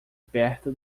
perto